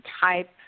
type